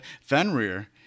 Fenrir